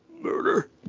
Murder